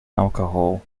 alcohol